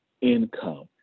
income